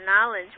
knowledge